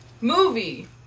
Movie